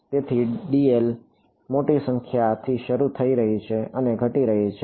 તેથી dl મોટી સંખ્યાથી શરૂ થઈ રહી છે અને ઘટી રહી છે